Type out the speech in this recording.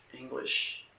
English